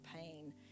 pain